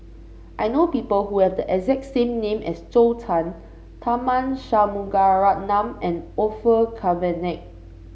I know people who have the exact name as Zhou Can Tharman Shanmugaratnam and Orfeur Cavenagh